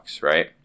right